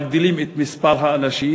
מגדילים את מספר האנשים,